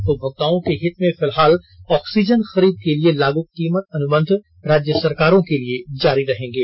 उपभोक्ताओं के हित में फिलहाल ऑक्सीजन खरीद के लिए लागू कीमत अनुबंध राज्य सरकारों के लिए जारी रहेंगे